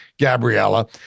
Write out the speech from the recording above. Gabriella